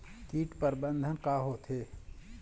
कीट प्रबंधन का होथे?